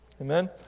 Amen